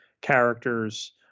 characters